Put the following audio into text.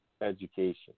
education